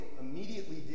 immediately